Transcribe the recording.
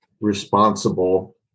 responsible